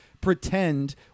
pretend